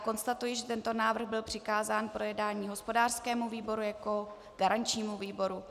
Konstatuji, že tento návrh byl přikázán k projednání hospodářskému výboru jako garančnímu výboru.